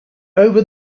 over